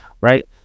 right